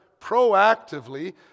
proactively